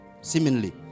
Seemingly